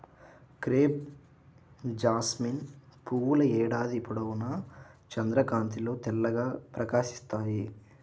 crepe jasmine పువ్వుల ఏడాది పొడవునా చంద్రకాంతిలో తెల్లగా ప్రకాశిస్తాయి